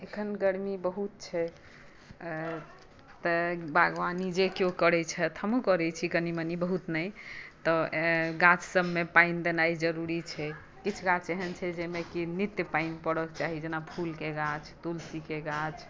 अखन गर्मी बहुत छै तैं बागवानी जे कोइ करै छथि हमहुँ करै छी कनी मनी बहुत नहि तऽ गाछसभमे पानि देनाई जरूरी छै किछु गाछ एहन छै जाहि मे की नित्य पानि परक चाही जेनाकी फूलक गाछ तुलसीक गाछ